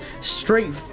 straight